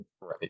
right